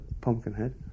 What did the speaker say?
Pumpkinhead